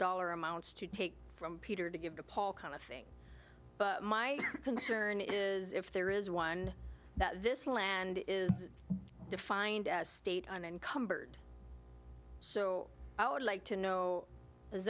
dollar amounts to take from peter to give to paul kind of thing but my concern is if there is one that this land is defined as state and encumbered so i would like to know is